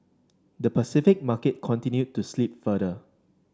the Pacific market continued to slip further